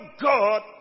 God